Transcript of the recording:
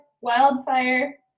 Wildfire